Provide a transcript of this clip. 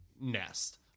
nest